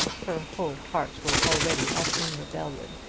her whole heart was already up in rebellion.